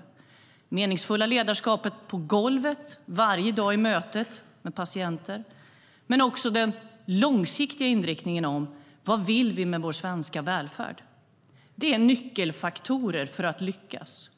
Det handlar om det meningsfulla ledarskapet på golvet, varje dag i mötet med patienten, men också om den långsiktiga inriktningen när det gäller vad vi vill med vår svenska välfärd. Ledarskapet är en nyckelfaktor för att lyckas.